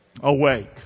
Awake